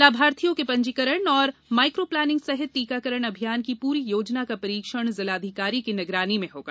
लाभार्थियों के पंजीकरण और माइक्रोप्लानिंग सहित टीकाकरण अभियान की पूरी योजना का परीक्षण जिलाधिकारी की निगरानी में होगा